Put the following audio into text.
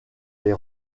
les